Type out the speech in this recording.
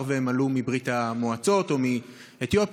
שהם עלו מברית המועצות או מאתיופיה,